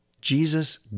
Jesus